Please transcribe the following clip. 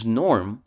norm